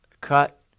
cut